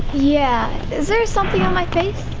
yeah. is there something on my face?